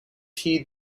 heed